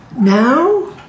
now